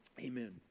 Amen